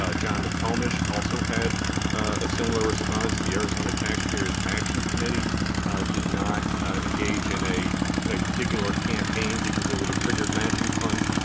ah john mccomish also had a similar response, the arizona taxpayers action committee did not engage in a a particular campaign because it would have triggered matching funds.